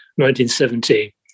1970